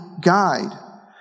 guide